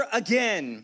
again